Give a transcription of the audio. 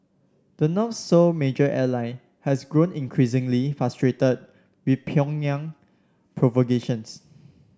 the North's sole major ally has grown increasingly frustrated with Pyongyang provocations